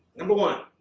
number one,